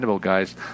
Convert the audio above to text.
guys